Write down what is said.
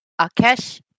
Akesh